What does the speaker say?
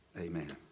amen